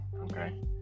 okay